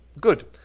Good